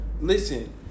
listen